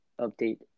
update